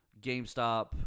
GameStop